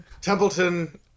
Templeton